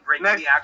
next